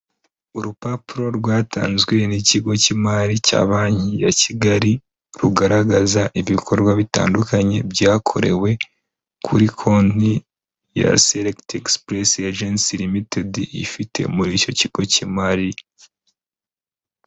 Urupapuro rwatanzwe n'ikigo cy'imari cya banki ya Kigali, rugaragaza ibikorwa bitandukanye byakorewe kuri konti ya Select Express Agency limited, ifite muri icyo kigo cy'imari.